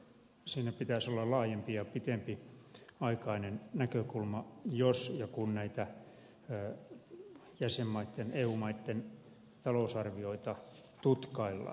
siinä pitäisi olla laajempi ja pitempiaikainen näkökulma jos ja kun näitä jäsenmaitten eu maitten talousarvioita tutkaillaan